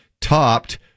topped